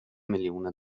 miljoner